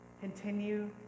Continue